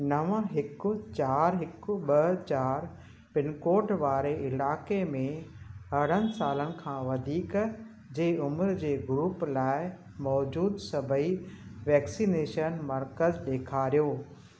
नव हिकु चारि हिकु ॿ चारि पिनकोड वारे इलाइक़े में अरिड़हं सालनि खां वधीक साल जी उमिरि जे ग्रूप लाइ मौजूदु सभेई वैक्सनेशन मर्कज़ ॾेखारियो